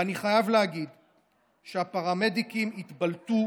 ואני חייב להגיד שהפרמדיקים התבלטו